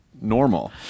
normal